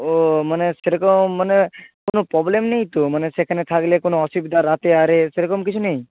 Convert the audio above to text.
ও মানে সেরকম মানে কোনো প্রবলেম নেই তো মানে সেখানে থাকলে কোনো অসুবিধা রাতে আরে সেরকম কিছু নেই